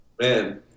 Man